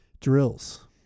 Drills